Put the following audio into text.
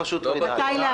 שהוא משתמש במידע פנים,